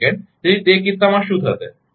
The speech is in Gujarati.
તેથી તે કિસ્સામાં શું થશે